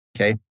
Okay